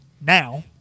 now